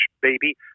baby